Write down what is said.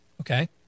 Okay